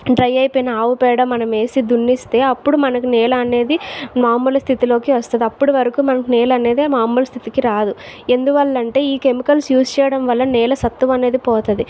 dry అయిపోయిన ఆవు పేడ మనం వేసి దున్నిస్తే అప్పుడు మనకు నేల అనేది మామూలు స్థితిలోకి వస్తుంది అప్పుడు వరకు నేల అనేది మామూలు స్థితికి రాదు ఎందువల్ల అంటే ఈ కెమికల్స్ యూస్ చేయడం వల్ల నేల సత్తువ అనేది పోతుంది